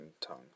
tongue